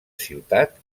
ciutat